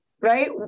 right